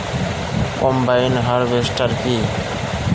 Combine harvester কি?